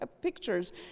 pictures